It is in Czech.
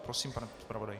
Prosím, pane zpravodaji.